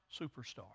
Superstar